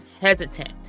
hesitant